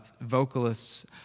vocalists